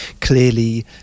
clearly